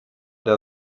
der